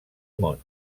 món